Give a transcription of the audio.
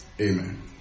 Amen